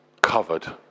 covered